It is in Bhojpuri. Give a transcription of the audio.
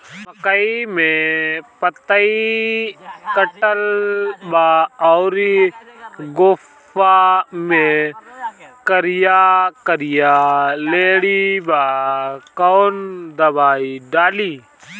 मकई में पतयी कटल बा अउरी गोफवा मैं करिया करिया लेढ़ी बा कवन दवाई डाली?